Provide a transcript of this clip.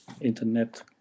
internet